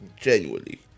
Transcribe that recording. Genuinely